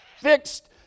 fixed